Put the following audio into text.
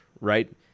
right